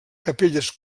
capelles